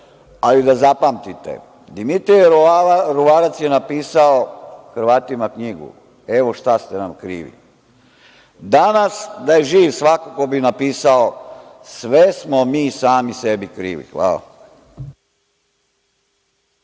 ali da zapamtite - Dimitrije Ruvarac je napisao Hrvatima knjigu "Evo šta ste nam krivi". Danas da je živ, svakako bi napisao - sve smo mi sami sebi krivi. Hvala.